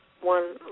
one